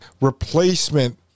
replacement